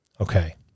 Okay